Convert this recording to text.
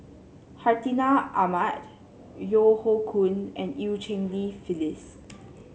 Hartinah Ahmad Yeo Hoe Koon and Eu Cheng Li Phyllis